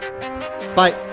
Bye